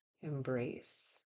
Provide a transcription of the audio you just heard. embrace